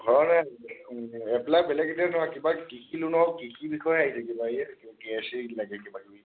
ঘৰ এপ্লাই বেলেগ এতিয়া নহয় কিবা কৃষি লোনৰ কৃষিৰ বিষয়ে আহিছে কিবা কে চি লাগে কিবা কিবি